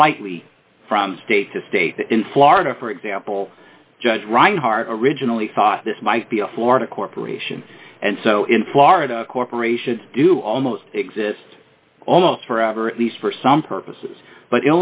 slightly from state to state in florida for example judge reinhart originally thought this might be a florida corporation and so in florida corporations do almost exist almost forever at least for some purposes but